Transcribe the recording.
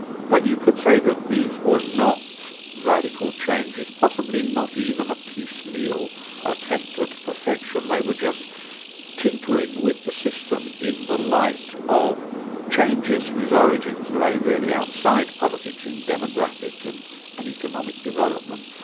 but you could say that these were not radical changes, possibly not even a piecemeal attempt at perfection, they were just tinkering with the system in the light of changes, whose origins lay really outside politics, in demographic and and economic development.